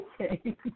Okay